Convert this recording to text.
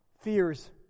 fears